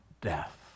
death